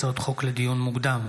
הצעות חוק לדיון מוקדם,